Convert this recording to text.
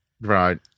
Right